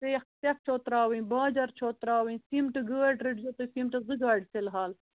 سٮ۪کھ پٮ۪ٹھ چھَو ترٛاوٕنۍ باجَر چھَو ترٛاوٕنۍ سیٖمٹہٕ گٲڑۍ رٔٹۍزیٚو تُہۍ سیٖمٹَس زٕ گاڑِ فِلحلال